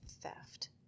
theft